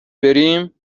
بریم